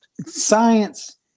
Science